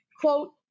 quote